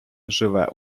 живе